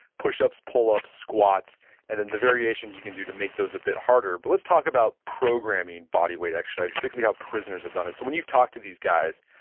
push-ups, pull-ups, squats and then the variations you can do to make those a bit harder. but let's talk about programming body weight exercises, particularly how prisoners have done it. so when you've talked to these guys,